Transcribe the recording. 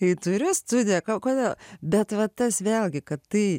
tai turi studiją kodėl bet va tas vėlgi kad tai